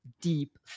deep